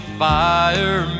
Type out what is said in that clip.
fire